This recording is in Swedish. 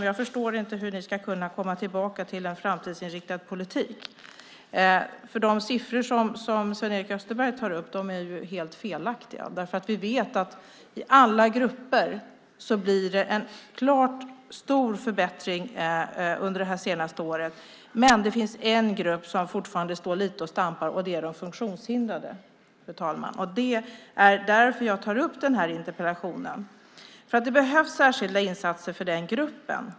Jag förstår inte hur ni ska kunna komma tillbaka till en framtidsinriktad politik. De siffror som Sven-Erik Österberg tar upp är helt felaktiga. Vi vet att det i alla grupper har blivit en stor förbättring under det senaste året. Men det finns en grupp som fortfarande står lite och stampar. Det är de funktionshindrade, fru talman. Det är därför jag ställt denna interpellation. Det behövs särskilda insatser för den gruppen.